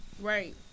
Right